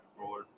roller